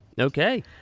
Okay